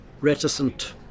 reticent